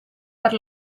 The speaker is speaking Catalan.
per